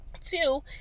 Two